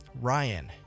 Ryan